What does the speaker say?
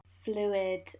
fluid